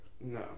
no